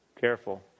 Careful